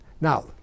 Now